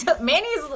manny's